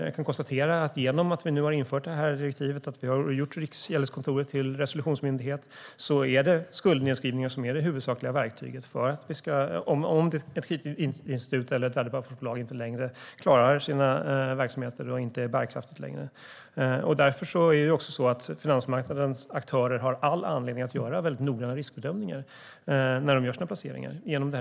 Jag kan konstatera att det, genom att vi har infört direktivet och gjort Riksgäldskontoret till resolutionsmyndighet, är skuldnedskrivningar som är det huvudsakliga verktyget om ett kreditinstitut eller värdepappersbolag inte längre klarar sina verksamheter och är bärkraftigt. Det nya regelverket gör därför att finansmarknadens aktörer har all anledning att göra väldigt noggranna riskbedömningar när de gör sina placeringar.